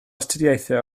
astudiaethau